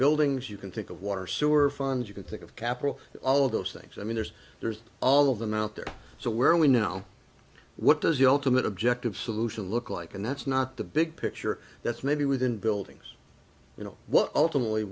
buildings you can think of water sewer funds you can think of capital all of those things i mean there's there's all of them out there so where are we now what does your ultimate objective solution look like and that's not the big picture that's maybe within buildings you know what